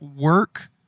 work